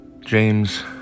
James